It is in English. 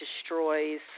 destroys